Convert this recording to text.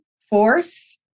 force